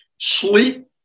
sleep